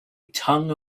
tongue